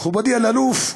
מכובדי אלאלוף,